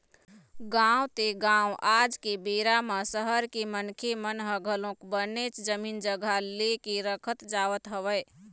गाँव ते गाँव आज के बेरा म सहर के मनखे मन ह घलोक बनेच जमीन जघा ले के रखत जावत हवय